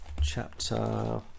Chapter